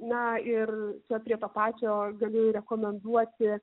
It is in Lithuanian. na ir čia prie to pačio galiu ir rekomenduoti